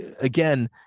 again